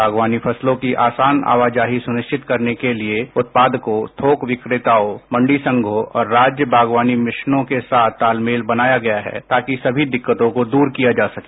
बागवानी फसलों की आसान आवाजाही के लिए उत्पाद को थोक विक्रेताओं मंडी संघों और राज्य बागवानी मिशनों के साथ तालमेल बनाया गया है ताकि सभी दिक्कतों को दूर किया जा सके